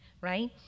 Right